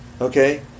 Okay